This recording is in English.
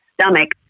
stomach